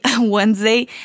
Wednesday